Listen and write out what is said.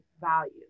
value